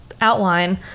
outline